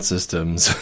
Systems